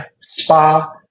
spa